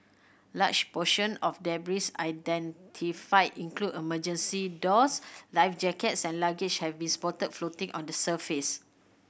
large portion of debris identified include emergency doors life jackets and luggage have been spotted floating on the surface